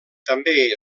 també